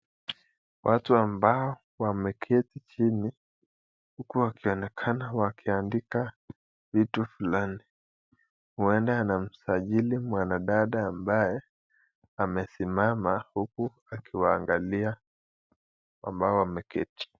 Watu ambao wameketi chini huku wakionekana wakiandika vitu fulani. Huenda anamsajili mwanadada ambaye amesimama huku akiwaangalia ambao wameketi.